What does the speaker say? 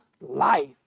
life